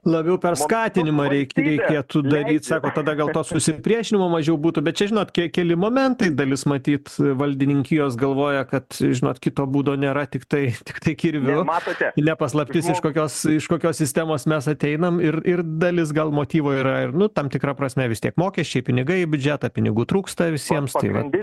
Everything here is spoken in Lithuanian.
labiau per skatinimą reikia reikėtų daryt sakot tada gal to susipriešinimo mažiau būtų bet čia žinot kiek keli momentai dalis matyt valdininkijos galvoja kad žinot kito būdo nėra tiktai tiktai kirviu ne paslaptis iš kokios iš kokios sistemos mes ateinam ir ir dalis gal motyvų yra ir nu tam tikra prasme vis tiek mokesčiai pinigai biudžetą pinigų trūksta visiems tai vat dar